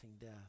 death